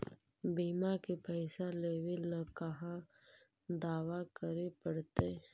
बिमा के पैसा लेबे ल कहा दावा करे पड़तै?